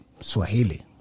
Swahili